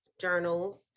journals